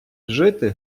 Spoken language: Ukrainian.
жити